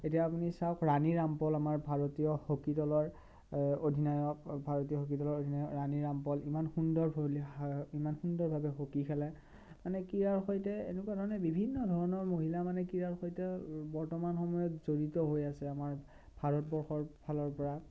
এতিয়া আপুনি চাওক ৰাণী ৰামপল আমাৰ ভাৰতীয় হকী দলৰ অধিনায়ক ভাৰতীয় হকী দলৰ অধিনায়ক ৰাণী ৰামপল ইমান সুন্দৰ ইমান সুন্দৰভাৱে হকী খেলে মানে ক্ৰীড়াৰ সৈতে এনেকুৱা ধৰণে বিভিন্নধৰণৰ মহিলা মানে ক্ৰীড়াৰ সৈতে বৰ্তমান সময়ত জড়িত হৈ আছে আমাৰ ভাৰতবৰ্ষৰ ফালৰপৰা